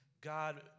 God